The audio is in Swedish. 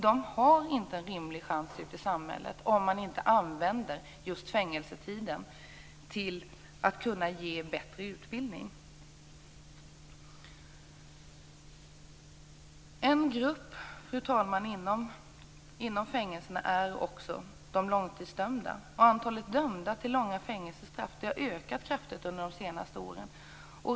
De har ingen rimlig chans ute i samhället om man inte använder fängelsetiden till att ge dem bättre utbildning. En grupp inom fängelserna, fru talman, utgörs av de långtidsdömda. Antalet personer som döms till långa fängelsestraff har ökat kraftigt de senaste åren.